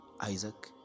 Isaac